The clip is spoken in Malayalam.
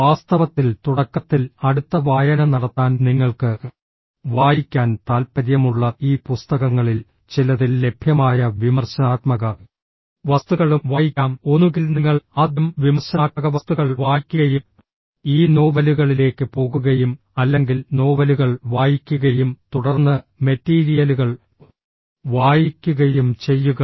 വാസ്തവത്തിൽ തുടക്കത്തിൽ അടുത്ത വായന നടത്താൻ നിങ്ങൾക്ക് വായിക്കാൻ താൽപ്പര്യമുള്ള ഈ പുസ്തകങ്ങളിൽ ചിലതിൽ ലഭ്യമായ വിമർശനാത്മക വസ്തുക്കളും വായിക്കാം ഒന്നുകിൽ നിങ്ങൾ ആദ്യം വിമർശനാത്മക വസ്തുക്കൾ വായിക്കുകയും ഈ നോവലുകളിലേക്ക് പോകുകയും അല്ലെങ്കിൽ നോവലുകൾ വായിക്കുകയും തുടർന്ന് മെറ്റീരിയലുകൾ വായിക്കുകയും ചെയ്യുക